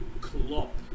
clop